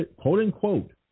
quote-unquote